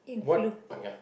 what ya